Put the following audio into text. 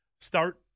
start